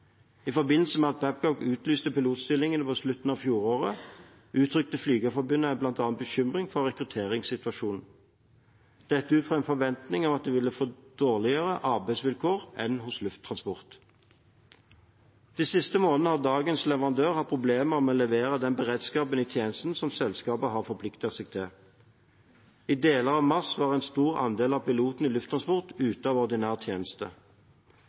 I forbindelse med at Babcock utlyste pilotstillinger på slutten av fjoråret, uttrykte Flygerforbundet bekymring for bl.a. rekrutteringssituasjonen – dette ut fra en forventning om at de ville få dårligere arbeidsvilkår enn hos Lufttransport. De siste månedene har dagens leverandør hatt problemer med å levere den beredskapen i tjenesten som selskapet har forpliktet seg til. I deler av mars var en stor andel av pilotene i Lufttransport ute av ordinær tjeneste.